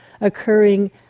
occurring